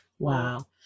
wow